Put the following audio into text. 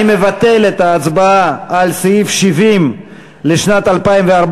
אני מבטל את ההצבעה על סעיף 70 לשנת 2014,